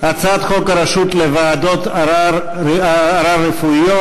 הצעת חוק הרשות לוועדות ערר רפואיות,